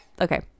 okay